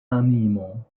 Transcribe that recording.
animo